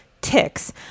ticks